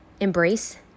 embrace